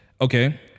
okay